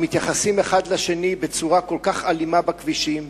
אנחנו מתייחסים אחד אל השני בצורה כל כך אלימה בכבישים.